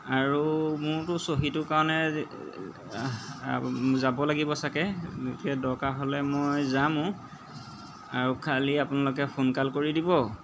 আৰু মোৰতো চহীটোৰ কাৰণে যাব লাগিব চাগে এতিয়া দৰকাৰ হ'লে মই যামো আৰু খালি আপোনালোকে সোনকাল কৰি দিব